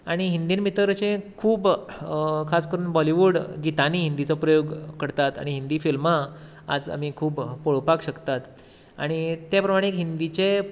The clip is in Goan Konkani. आनी हिंदीन भितर अशी खूब खास करून बाॅलीवूड गितांनी हिंदीचो प्रयोग करतात आनी हिंदी फिल्मां आज आमी खूब पळोवपाक शकतात आनी ते प्रमाणे हिंदीचे